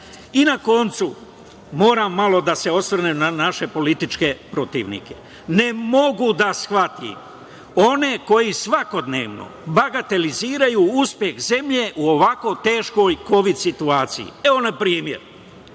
na koncu, moram malo da se osvrnem na naše političke protivnike. Ne mogu da shvatim one koji svakodnevno bagateliziraju uspeh zemlje u ovako teškoj kovid situaciji. Evo, na primer,